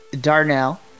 Darnell